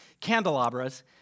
candelabras